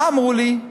ומה אמרו לי?